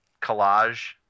collage